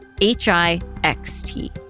H-I-X-T